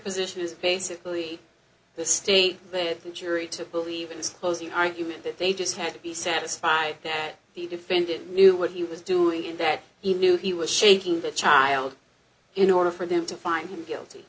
position is basically the state that the jury to believe in this closing argument that they just had to be satisfied that the defendant knew what he was doing and that he knew he was shaking that child in order for them to find him guilty